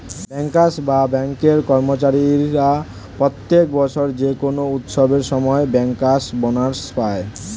bankers বা ব্যাঙ্কের কর্মচারীরা প্রত্যেক বছর যে কোনো উৎসবের সময় ব্যাংকার্স বোনাস পায়